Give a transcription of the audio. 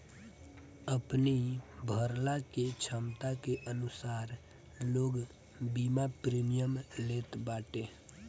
अपनी भरला के छमता के अनुसार लोग बीमा प्रीमियम लेत बाटे